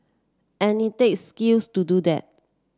and it takes skill to do that